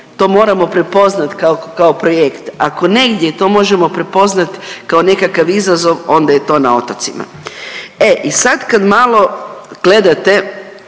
to moramo prepoznati kao projekt, ako negdje to možemo prepoznati kao nekakav izazov onda je to na otocima. E i sad kad malo gledate